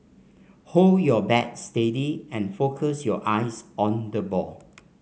hold your bat steady and focus your eyes on the ball